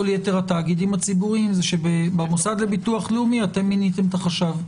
יתר התאגידים הציבוריים זה שבמוסד לביטוח לאומי אתם מיניתם את החשב,